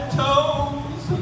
toes